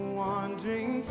wandering